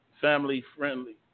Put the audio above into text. family-friendly